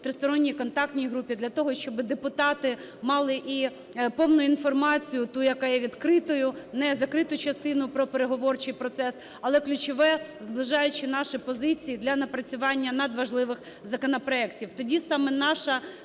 тристоронній контактній групі для того, щоб депутати мали і повну інформацію ту, яка є відкритою, не закриту частину про переговорчий процес, але ключове, зближаючи наші позиції для напрацювання надважливих законопроектів. Тоді саме наша